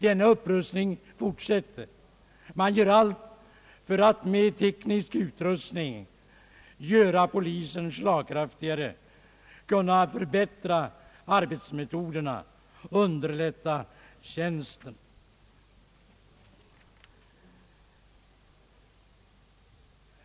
Denna upprustning fortsätter, och man gör allt för att med teknisk utrustning få polisen slagkraftigare, förbättra arbetsmetoderna och underlätta tjänsten.